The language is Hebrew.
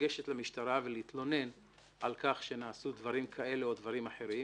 לגשת למשטרה ולהתלונן על כך שנעשו דברים כאלה או דברים אחרים,